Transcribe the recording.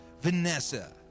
Vanessa